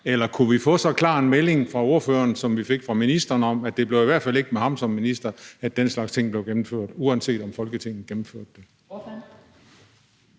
Eller kunne vi få så klar en melding fra ordføreren, som vi fik fra ministeren, om, at det i hvert fald ikke blev med ham som minister, at den slags ting blev gennemført, uanset om Folketinget ville gennemføre det?